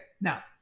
now